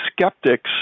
skeptics